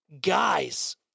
guys